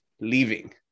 leaving